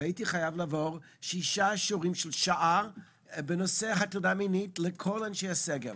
הייתי חייב לעבור שישה שיעורים של שעה בנושא הטרדה מינית לכל אנשי הסגל.